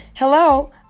Hello